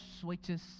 switches